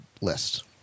list